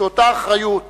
שאותה אחריות